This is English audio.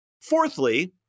Fourthly